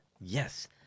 Yes